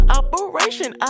operation